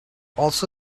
also